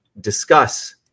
discuss